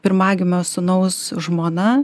pirmagimio sūnaus žmona